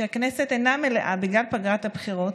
שבהם הכנסת אינה מלאה בגלל פגרת הבחירות,